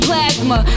Plasma